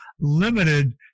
limited